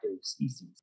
species